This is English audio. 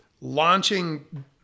launching